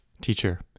Teacher